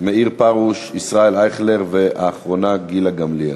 מאיר פרוש, ישראל אייכלר, והאחרונה, גילה גמליאל.